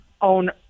own